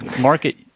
market